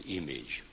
image